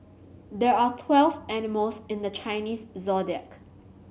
there are twelve animals in the Chinese Zodiac